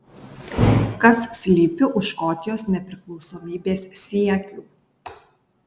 kas slypi už škotijos nepriklausomybės siekių